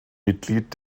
mitglied